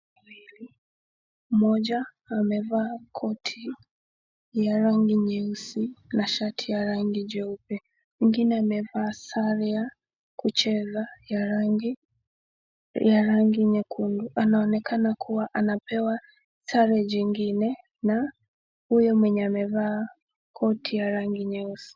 Mmoja amevaa koti ya rangi nyeusi, na shati ya rangi jeupe. Mwingine amevaa sare ya kucheza ya rangi ya rangi nyekundu. Anaonekana kuwa anapewa challenge ingine, na huyo mwenye amevaa koti ya rangi nyeusi.